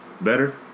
better